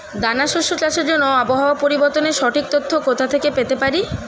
দানা শস্য চাষের জন্য আবহাওয়া পরিবর্তনের সঠিক তথ্য কোথা থেকে পেতে পারি?